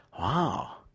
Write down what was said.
wow